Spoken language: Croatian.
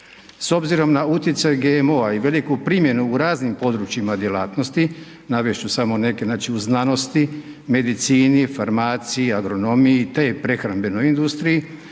S obzirom na utjecaj GMO-a i veliku primjenu u raznim područjima djelatnosti, navest ću samo neke znači u znanosti, medicini, farmaciji, agronomiji te prehrambenoj industriji